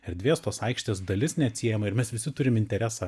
erdvės tos aikštės dalis neatsiejama ir mes visi turim interesą